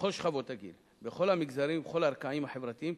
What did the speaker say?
בכל שכבות הגיל, בכל המגזרים ובכל הרקעים החברתיים